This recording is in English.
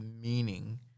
meaning